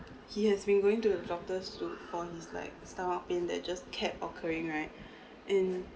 he has been going to the doctors to for his like stomach pain that just kept occurring right and